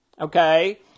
okay